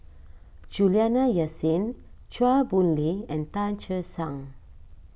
Juliana Yasin Chua Boon Lay and Tan Che Sang